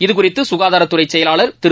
இதுகுறித்து சுகாதாரத்துறை செயலாளர் திரு